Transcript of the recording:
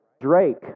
Drake